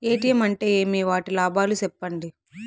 ATM అంటే ఏమి? వాటి లాభాలు సెప్పండి